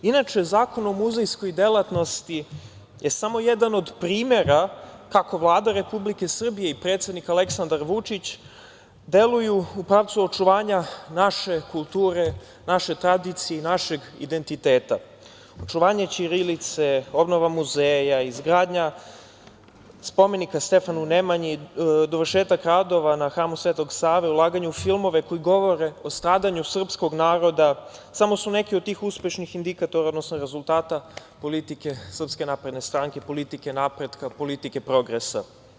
Inače, Zakon o muzejskoj delatnosti je samo jedan od primera kako Vlada Republike Srbije i predsednik Aleksandar Vučić deluju u pravcu očuvanja naše kulture, naše tradicije i našeg identiteta, očuvanje ćirilice, obnova muzeja, izgradnja spomenika Stefanu Nemanji, dovršetak radova na Hramu Svetog Save, ulaganje u filmove koji govore o stradanju srpskog naroda samo su neki od tih uspešnih indikatora, odnosno rezultata politike Srpske napredne stranke, politike napretka, politike progresa.